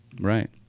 right